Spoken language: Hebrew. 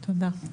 תודה.